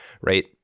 right